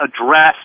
address